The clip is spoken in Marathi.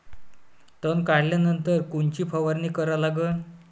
तन काढल्यानंतर कोनची फवारणी करा लागन?